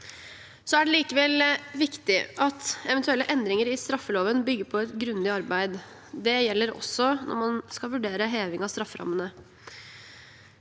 nok. Det er viktig at eventuelle endringer i straffeloven bygger på et grundig arbeid. Det gjelder også når man skal vurdere heving av strafferammene.